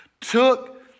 took